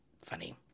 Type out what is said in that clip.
funny